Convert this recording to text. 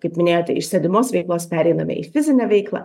kaip minėjote iš sėdimos veiklos pereiname į fizinę veiklą